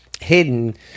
hidden